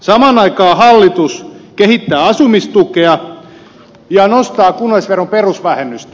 samaan aikaan hallitus kehittää asumistukea ja nostaa kunnallisveron perusvähennystä